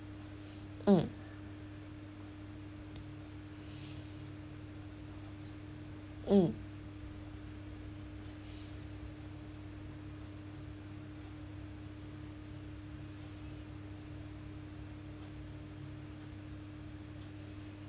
mm mm